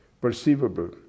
perceivable